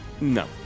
No